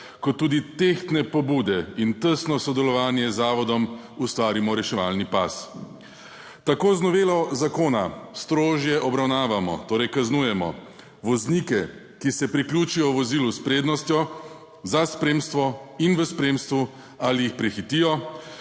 kot tudi tehtne pobude in tesno sodelovanje z zavodom Ustvarimo reševalni pas. Tako z novelo zakona strožje obravnavamo, torej kaznujemo, voznike, ki se priključijo vozilu s prednostjo za spremstvo in v spremstvu ali jih prehitijo,